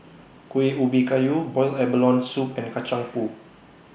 Kuih Ubi Kayu boiled abalone Soup and Kacang Pool